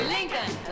Lincoln